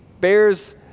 bears